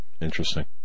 Interesting